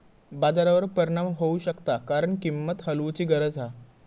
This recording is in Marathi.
बाजारावर परिणाम होऊ शकता कारण किंमत हलवूची गरज हा